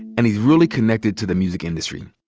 and he's really connected to the music industry.